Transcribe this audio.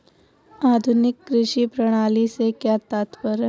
आधुनिक कृषि प्रणाली से क्या तात्पर्य है?